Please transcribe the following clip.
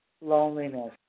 loneliness